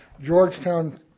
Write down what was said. Georgetown